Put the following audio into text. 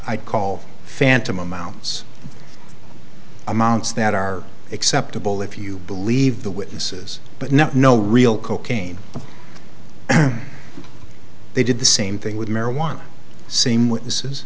i call phantom amounts amounts that are acceptable if you believe the witnesses but not no real cocaine they did the same thing with marijuana same witnesses